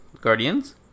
Guardians